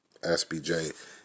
SBJ